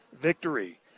victory